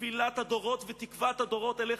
תפילת הדורות ותקוות הדורות אליך,